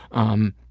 um,